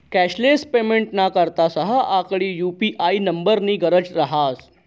cashless पेमेंटना करता सहा आकडी यु.पी.आय नम्बरनी गरज रहास